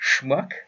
Schmuck